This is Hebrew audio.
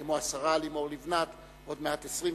כמו השרה לימור לבנת, עוד מעט 20 שנה,